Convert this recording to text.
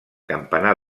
campanar